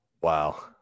Wow